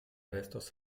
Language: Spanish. restos